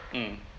mm